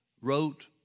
wrote